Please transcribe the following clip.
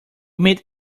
meet